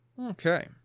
Okay